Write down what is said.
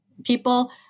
People